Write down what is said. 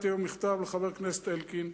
מכתב לחבר הכנסת אלקין,